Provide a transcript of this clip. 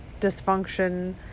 dysfunction